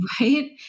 Right